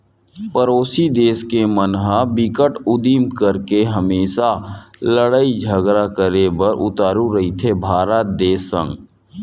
परोसी देस के मन ह बिकट उदिम करके हमेसा लड़ई झगरा करे बर उतारू रहिथे भारत देस संग